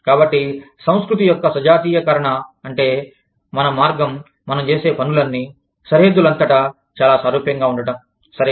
కాబట్టి సంస్కృతి యొక్క సజాతీయీకరణ అంటే మన మార్గం మనం చేసే పనులన్నీ సరిహద్దులంతటా చాలా సారూప్యంగా ఉండటం సరే